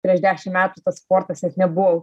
prieš dešim metų tas sportas nes nebuvo